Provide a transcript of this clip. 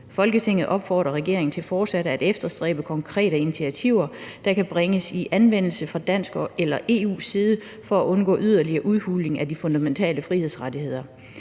Folketinget opfodrer regeringen til fortsat at efterstræbe konkrete initiativer, der kan bringes i anvendelse fra dansk eller EU's side for at undgå yderligere udhuling af de fundamentale frihedsrettigheder,